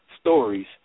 stories